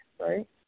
right